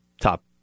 top